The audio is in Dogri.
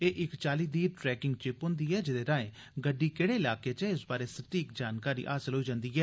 एह् इक चाल्ली दी ट्रैकिंग चिप हुंदी ऐ जेह्दे राए गड्डी केह्डे इलाके च ऐ इस बारै सटीक जानकारी हासल होई जंदी ऐ